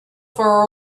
far